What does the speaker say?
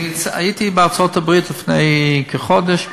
הייתי בארצות-הברית לפני כחודש.